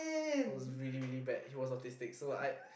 I was really really bad he was autistic so I